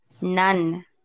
none